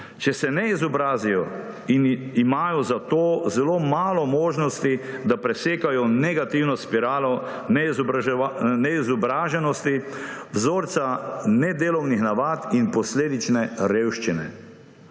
Če se ne izobrazijo, imajo zato zelo malo možnosti, da presekajo negativno spiralo neizobraženosti, vzorca nedelovnih navad in posledične revščine.